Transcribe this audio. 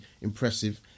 impressive